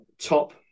top